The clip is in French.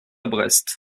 brest